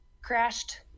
Crashed